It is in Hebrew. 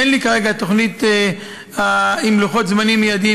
אין לי כרגע תוכנית עם לוחות-זמנים מיידיים,